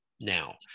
now